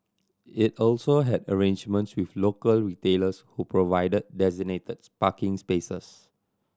it also had arrangements with local retailers who provided designated parking spaces